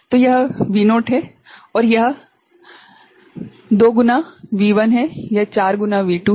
तो यह V0 है और यह 2 गुना V1 है यह 4 गुना V2 है